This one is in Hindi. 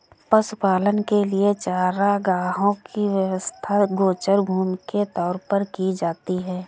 पशुपालन के लिए चारागाहों की व्यवस्था गोचर भूमि के तौर पर की जाती है